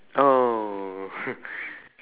oh